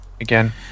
again